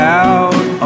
out